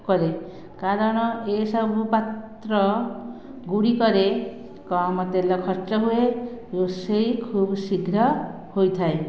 କରେ କାରଣ ଏସବୁ ପାତ୍ରଗୁଡ଼ିକରେ କମ୍ ତେଲ ଖର୍ଚ୍ଚ ହୁଏ ରୋଷେଇ ଖୁବ୍ ଶୀଘ୍ର ହୋଇଥାଏ